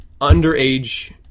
underage